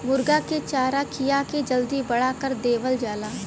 मुरगा के चारा खिया के जल्दी बड़ा कर देवल जाला